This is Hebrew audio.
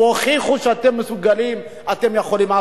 תוכיחו שאתם מסוגלים, שאתם יכולים.